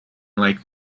like